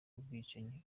ubwicanyi